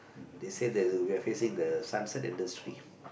they say that we are facing the sunset industry